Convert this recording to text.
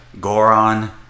Goron